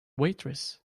waitress